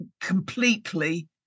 completely